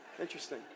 Interesting